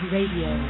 Radio